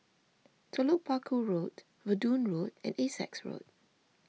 Telok Paku Road Verdun Road and Essex Road